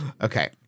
Okay